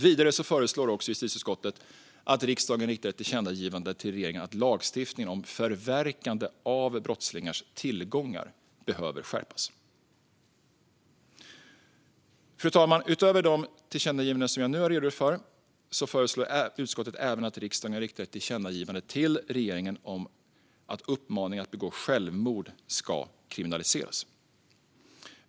Vidare föreslår justitieutskottet att riksdagen riktar ett tillkännagivande till regeringen om att lagstiftningen om förverkande av brottslingars tillgångar behöver skärpas. Fru talman! Utöver de tillkännagivanden som jag nu har redogjort för föreslår utskottet även att riksdagen riktar ett tillkännagivande till regeringen om att uppmaning om att begå självmord ska kriminaliseras.